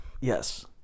Yes